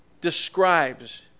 describes